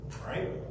Right